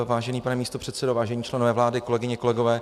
Vážený pane místopředsedo, vážení členové vlády, kolegyně, kolegové.